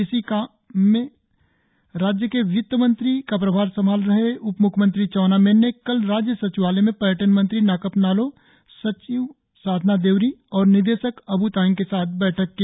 इसी काम में राज्य के वित्त मंत्री का प्रभार संभाल रहे उप म्ख्यमंत्री चाउना मैन ने कल राज्य सचिवालय में पर्यटन मंत्री नाकप नालोह सचिव साधना देउरी और निदेशक अब् तायेंग के साथ बैठक की